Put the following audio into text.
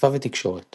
שפה ותקשורת